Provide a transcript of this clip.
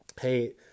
hey